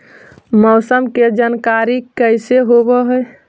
मौसमा के जानकारी कैसे होब है?